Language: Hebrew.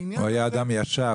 הוא היה אדם ישר.